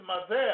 Mazel